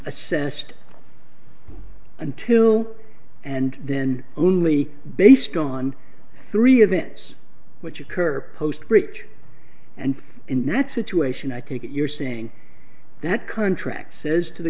assessed until and then only based on three events which occur post bridge and in that situation i can get you're saying that contract says to the